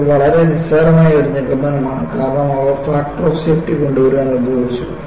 ഇത് വളരെ നിസ്സാരമായ ഒരു നിഗമനമാണ് കാരണം അവ ഫാക്ടർ ഓഫ് സേഫ്റ്റി കൊണ്ടുവരാൻ ഉപയോഗിച്ചു